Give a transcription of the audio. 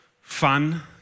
fun